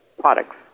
products